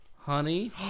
honey